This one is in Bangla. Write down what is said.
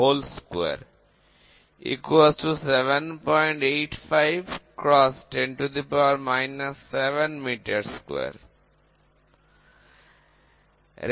85 × 10 7m2 প্রতিরোধ 1